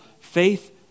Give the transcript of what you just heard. faith